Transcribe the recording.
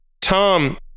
tom